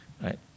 Right